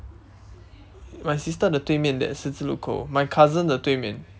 my sister the 对面 that 十字路口 my cousin 的对面